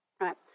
Right